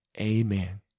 Amen